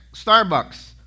Starbucks